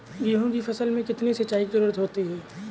गेहूँ की फसल में कितनी सिंचाई की जरूरत होती है?